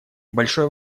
большое